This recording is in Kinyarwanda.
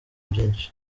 byinshi